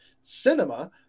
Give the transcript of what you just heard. cinema